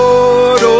Lord